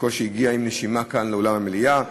בקושי הגיעה עם נשימה לכאן, לאולם המליאה.